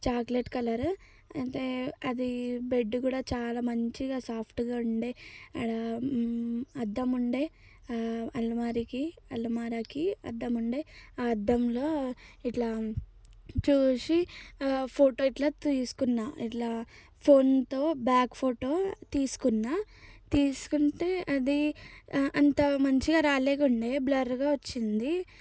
chocolate colour అయితే అది bed కూడా చాలా మంచిగా సాఫ్ట్గా ఉండే ఆడ అద్దం ఉండే అల్మారా అల్మారా అద్దం ఉండే ఆ అద్దంలో ఇట్లా చూసి ఫోటో ఇట్లా తీసుకున్నా ఇట్లా ఫోన్తో బ్యాక్ ఫోటో తీసుకున్నాను తీసుకుంటే అది అంత మంచిగా రాలేకుండే బ్లర్గా వచ్చింది